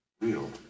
real